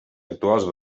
actuals